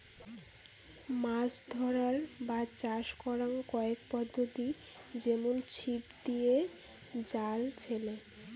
মাছ ধরার বা চাষ করাং কয়েক পদ্ধতি যেমন ছিপ দিয়ে, জাল ফেলে